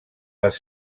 les